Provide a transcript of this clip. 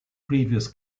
previous